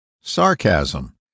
Sarcasm